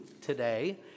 today